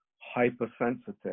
Hypersensitive